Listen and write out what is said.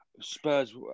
Spurs